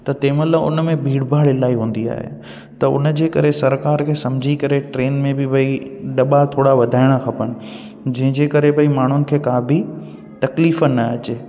त तंहिंमहिल उन्हनि में भीड़ भाड़ इलाही हूंदी आहे त उन जे करे सरिकार खे सम्झी करे ट्रेन भाई दॿा थोरा वधाइणा खपनि जंहिंजे करे भाई माण्हुनि खे का बि तकलीफ़ु न अचे